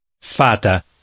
Fata